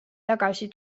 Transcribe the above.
tagasi